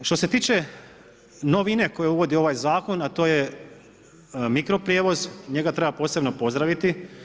Što se tiče novine koja uvodi ovaj zakon, a to je mikroprijevoz, njega treba posebno pozdraviti.